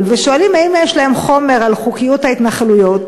ושואלים אם יש להם חומר על חוקיות ההתנחלויות,